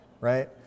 right